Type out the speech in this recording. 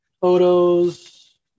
photos